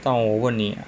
到我问你